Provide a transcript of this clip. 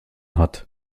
hat